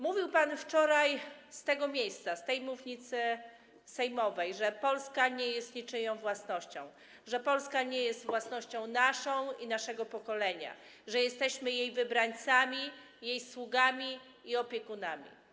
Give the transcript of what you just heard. Mówił pan wczoraj z tego miejsca, z tej mównicy sejmowej, że Polska nie jest niczyją własnością, że Polska nie jest własnością naszą i naszego pokolenia, że jesteśmy jej wybrańcami, jej sługami i opiekunami.